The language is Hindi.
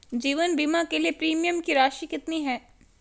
जीवन बीमा के लिए प्रीमियम की राशि कितनी है?